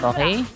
Okay